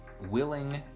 willing